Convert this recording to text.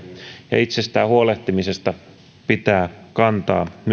ja myös itsestään huolehtimisesta pitää kantaa